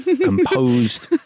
composed